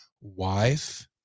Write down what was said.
wife